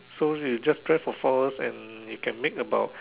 so you just drive for four hours and you can make about